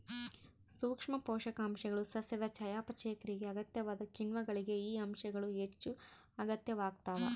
ಸೂಕ್ಷ್ಮ ಪೋಷಕಾಂಶಗಳು ಸಸ್ಯದ ಚಯಾಪಚಯ ಕ್ರಿಯೆಗೆ ಅಗತ್ಯವಾದ ಕಿಣ್ವಗಳಿಗೆ ಈ ಅಂಶಗಳು ಹೆಚ್ಚುಅಗತ್ಯವಾಗ್ತಾವ